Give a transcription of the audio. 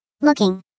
Looking